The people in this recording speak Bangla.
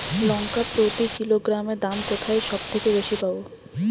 লঙ্কা প্রতি কিলোগ্রামে দাম কোথায় সব থেকে বেশি পাব?